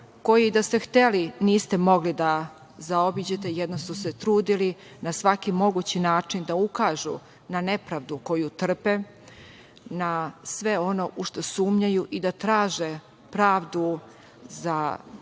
koji da ste hteli, niste mogli da zaobiđete, jedna su se trudili na svaki mogući način da ukažu na nepravdu koju trpe, na sve ono u šta sumnjaju i da traže pravdu za svoju